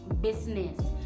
business